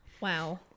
Wow